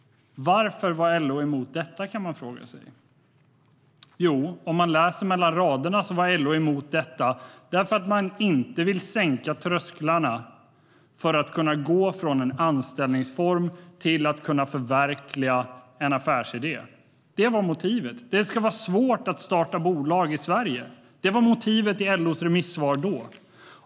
Varför var LO emot detta? Det kan man fråga sig. Jo, om man läser mellan raderna ser man att LO var emot detta därför att de inte ville sänka trösklarna för att människor ska kunna gå från en anställningsform till att förverkliga en affärsidé. Det var motivet. Det ska vara svårt att starta bolag i Sverige. Det var motivet i LO:s remissvar.